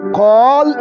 call